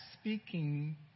speaking